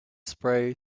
spray